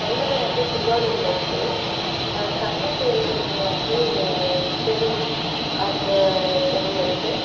தைலம்மை வந்து திருவாரூரில் இருக்கு கண்ணன் தேவி தேட்ரு வந்து தெரு அந்த தெருவில் இருக்கு